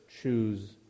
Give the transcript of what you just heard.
choose